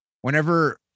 whenever